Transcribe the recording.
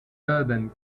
urban